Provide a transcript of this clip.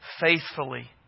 faithfully